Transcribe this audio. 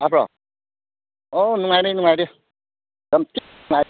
ꯇꯥꯕ꯭ꯔꯣ ꯑꯣ ꯅꯨꯡꯉꯥꯏꯔꯤ ꯅꯨꯡꯉꯥꯏꯔꯤ ꯌꯥꯝ ꯊꯤꯅ ꯅꯨꯡꯉꯥꯏꯔꯤ